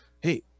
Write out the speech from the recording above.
Hey